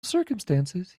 circumstances